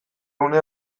une